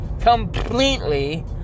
completely